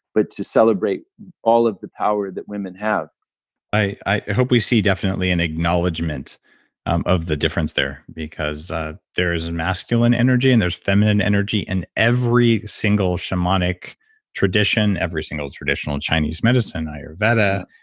but to celebrate all of the power that women have i hope we see definitely an acknowledgment of the difference there, because ah there is a masculine energy and there's feminine energy, and every single shamanic tradition, every single traditional chinese medicine, ayurveda,